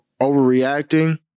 overreacting